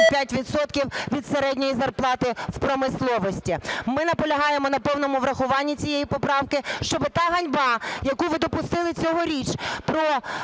від середньої зарплати в промисловості. Ми наполягаємо на повному врахуванні цієї поправки, щоби та ганьба, яку ви допустили цьогоріч, про